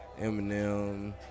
Eminem